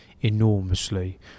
enormously